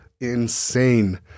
insane